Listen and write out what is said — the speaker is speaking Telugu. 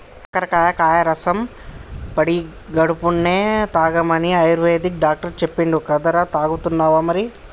కాకరకాయ కాయ రసం పడిగడుపున్నె తాగమని ఆయుర్వేదిక్ డాక్టర్ చెప్పిండు కదరా, తాగుతున్నావా మరి